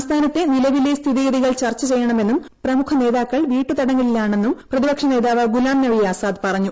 സംസ്ഥാനത്തെ നിലവിലെ സ്ഥിതിഗതികൾ ചർച്ച ചെയ്യണമെന്നും പ്രമുഖ നേതാക്കൾ വീട്ടുതടങ്കലിലാണെന്നും പ്രതിപക്ഷനേതാവ് ഗുലാം നബി ആസാദ് പറഞ്ഞു